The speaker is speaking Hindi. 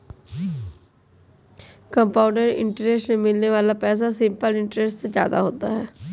कंपाउंड इंटरेस्ट में मिलने वाला पैसा सिंपल इंटरेस्ट से ज्यादा होता है